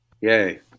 Yay